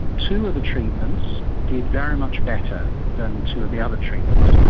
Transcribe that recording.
two of the treatments did very much better than two of the other treatments.